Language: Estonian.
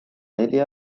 neli